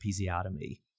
episiotomy